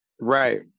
right